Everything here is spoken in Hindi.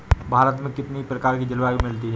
भारत में कितनी प्रकार की जलवायु मिलती है?